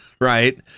Right